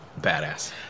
badass